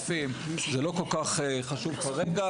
8,000-9,000 זה לא כל כך חשוב כרגע,